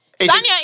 Sanya